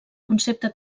concepte